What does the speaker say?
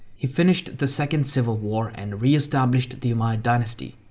he finished the second civil war and re-established the umayyad dynasty.